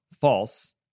false